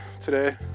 today